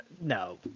No